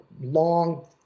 long